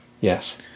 Yes